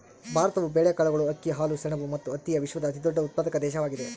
ಭಾರತವು ಬೇಳೆಕಾಳುಗಳು, ಅಕ್ಕಿ, ಹಾಲು, ಸೆಣಬು ಮತ್ತು ಹತ್ತಿಯ ವಿಶ್ವದ ಅತಿದೊಡ್ಡ ಉತ್ಪಾದಕ ದೇಶವಾಗಿದೆ